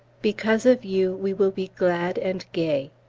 because of you we will be glad and gay,